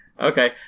Okay